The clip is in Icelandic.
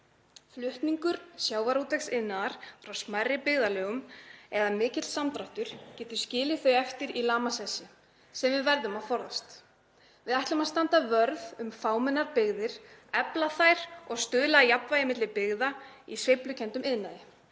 Flutningur sjávarútvegsiðnaðar frá smærri byggðarlögum eða mikill samdráttur getur skilið þau eftir í lamasessi sem við verðum að forðast. Við ætlum að standa vörð um fámennar byggðir, efla þær og stuðla að jafnvægi milli byggða í sveiflukenndum iðnaði.